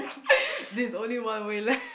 this only one way leh